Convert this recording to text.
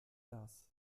das